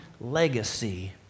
legacy